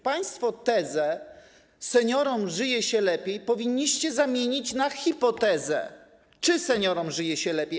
Państwo tezę: Seniorom żyje się lepiej, powinniście zamienić na hipotezę: Czy seniorom żyje się lepiej?